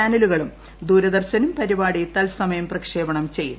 ചാനലുകളും ദൂരദർശനും പരിപാടി തൽസമയം പ്രക്ഷേപണം ചെയ്യും